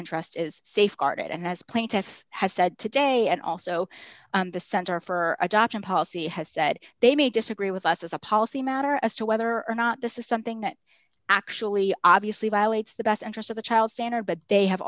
interest is safeguarded and as plaintiff has said today and also the center for adoption policy has said they may disagree with us as a policy matter as to whether or not this is something that actually obviously violates the best interest of the child standard but they have